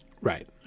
Right